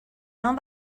نام